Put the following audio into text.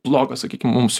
blogos sakykim mums